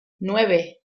nueve